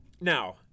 Now